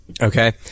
Okay